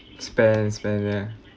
spend spend ya